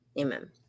Amen